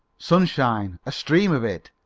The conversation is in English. sunshine! a stream of it,